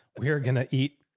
we are going to eat.